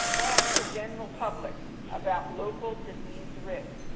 and the general public about local disease risk.